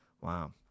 Wow